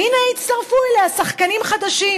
והינה הצטרפו אליה שחקנים חדשים.